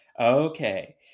Okay